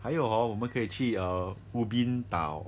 还有 hor 我们可以去 err ubin 岛